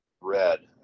red